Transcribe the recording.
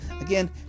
again